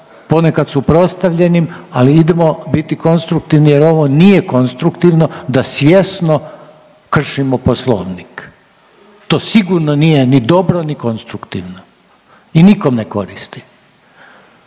ponekad suprotstavljenim, ali idemo biti konstruktivni jer ovo nije konstruktivno da svjesno kršimo poslovnik, to sigurno nije ni dobro ni konstruktivno i nikom ne koristi.